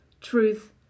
truth